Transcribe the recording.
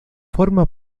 forma